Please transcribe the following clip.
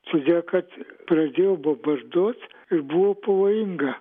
todėl kad pradėjo bombarduot ir buvo pavojinga